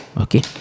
Okay